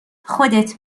خودت